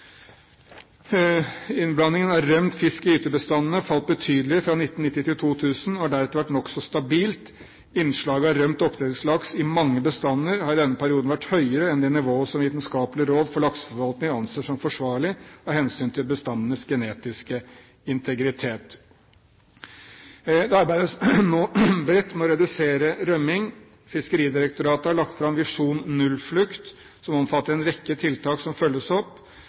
Innblandingen av rømt fisk i gytebestandene falt betydelig fra 1990 til 2000, og har deretter vært nokså stabil. Innslaget av rømt oppdrettslaks i mange bestander har i denne perioden vært høyere enn det nivået som Vitenskapelig råd for lakseforvaltning anser som forsvarlig med hensyn til bestandenes genetiske integritet. Det arbeides nå bredt med å redusere rømming. Fiskeridirektoratet har lagt fram Visjon nullflukt, som omfatter en rekke tiltak som følges opp.